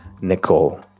nicole